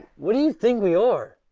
what do you think we are?